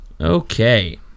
Okay